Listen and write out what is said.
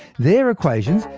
their equations,